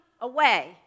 away